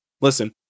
listen